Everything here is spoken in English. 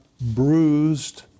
bruised